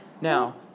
Now